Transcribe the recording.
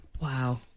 Wow